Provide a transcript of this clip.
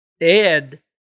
Ed